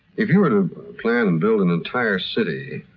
if you were to plan and build an entire city,